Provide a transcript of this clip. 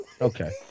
Okay